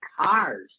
cars